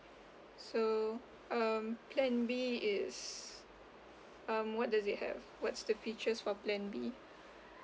so um plan B is um what does it have what's the features for plan B